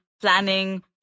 planning